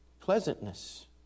Pleasantness